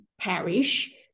parish